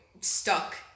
stuck